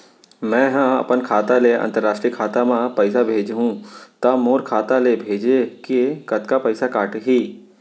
मै ह अपन खाता ले, अंतरराष्ट्रीय खाता मा पइसा भेजहु त मोर खाता ले, भेजे के कतका पइसा कटही?